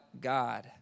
God